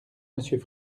monsieur